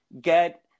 get